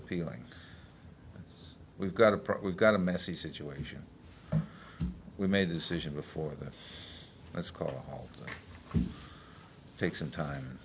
appealing we've got a problem we've got a messy situation we made a decision before that let's call take some time